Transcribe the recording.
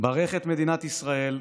ברך את מדינת ישראל,